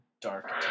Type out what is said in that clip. dark